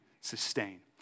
sustain